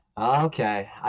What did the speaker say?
Okay